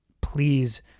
please